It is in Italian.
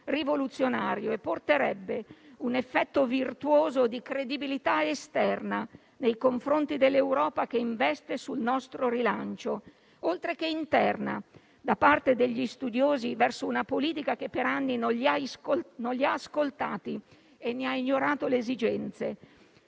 rivoluzionario e porterebbe un effetto virtuoso di credibilità esterna nei confronti dell'Europa che investe sul nostro rilancio, oltre che interna da parte degli studiosi verso una politica che per anni non li ha ascoltati e ne ha ignorato le esigenze.